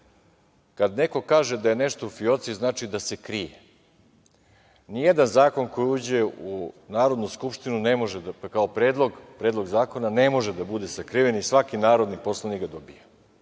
Kada neko kaže da je nešto u fioci, znači da se krije. Nijedan zakon koji uđe u Narodnu skupštinu kao predlog zakona ne može da bude sakriven i svaki narodni poslanik ga dobije